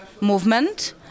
movement